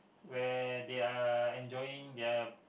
where they're enjoying their